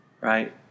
right